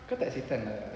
kau tak setan lah